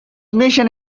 mission